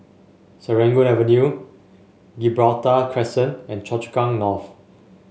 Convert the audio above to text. Serangoon Avenue Gibraltar Crescent and Choa Chu Kang North